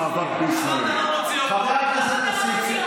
חבר הכנסת כסיף,